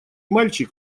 мальчик